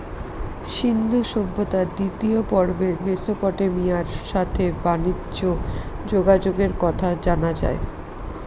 সিন্ধু সভ্যতার দ্বিতীয় পর্বে মেসোপটেমিয়ার সাথে বানিজ্যে যোগাযোগের কথা জানা যায়